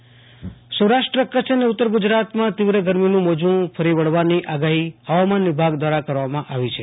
આશુ તોષ અંતાણી હવામાન સૌરાષ્ટ્ર કચ્છ અને ઉત્તર ગુજરાતમાં તીવ્ર ગરમીનું મોજુ ફરી વળવાની આગાહી હવામાન વિભાગ દ્રારા કરવામાં આવી છે